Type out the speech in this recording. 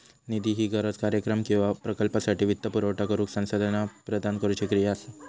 निधी ही गरज, कार्यक्रम किंवा प्रकल्पासाठी वित्तपुरवठा करुक संसाधना प्रदान करुची क्रिया असा